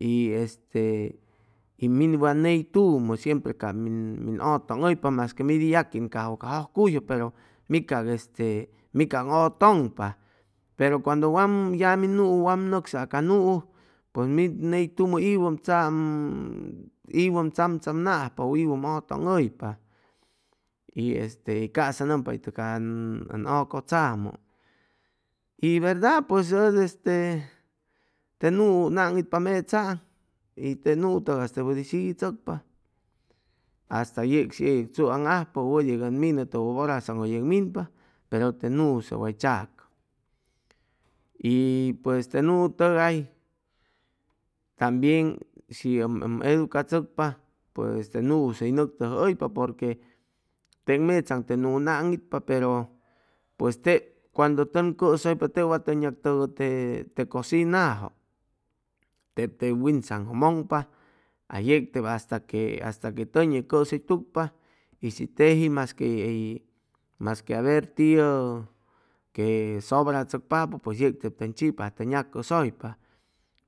Y este min wa ney tumʉ shempre ca min ʉtʉŋhʉypa masque mid hʉy yaquincajwʉ ca jʉjcuyjʉ pero mi cag este mi cag ʉtʉŋpa cuando wa min ya min nuu wam nʉcsaa cam nuu pues mid neytumʉ iwʉ ʉm tzamtzamnajpa ʉ iwʉ ʉm ʉtʉŋhʉypa y este casa nʉmpa itʉ can ʉcʉtzamʉ y verda pues ʉd este te nuu ʉn aŋitpa mechaaŋ y te nuu tʉgas tep ʉdi siguichʉcpa hasta yeg shi ʉd yeg tzuaŋ ajpa ʉd yeg minʉtʉpa sanjʉ bʉra ʉ yeg minpa pero te nuus ʉ way tzacʉ y pues te nu tʉgay tambien shim ʉm ʉm educachʉcpa pues te nuus hʉy nʉctʉjʉhʉypa porque teg mechaŋ te nuu ʉn aŋitpa pero pues tep cuando tʉn cʉsʉypa tep wat tʉn yag tʉgʉ te cocinajʉ tep te winsaŋjʉ mʉŋpaa yeg tep hasta que hasta que tʉn yeg cʉsʉytucpa ishi teji masque hʉy hʉy masque a ver tiʉ que sobrachʉcpapʉ pues yeg tʉn chipa a tʉn yacʉsʉypa